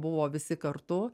buvo visi kartu